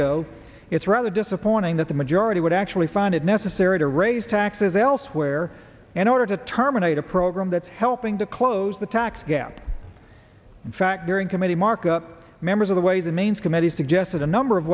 go it's rather disappointing that the majority would actually find it necessary to raise taxes elsewhere in order to terminate a program that's helping to close the tax gap in fact during committee markup members of the ways and means committee suggested a number of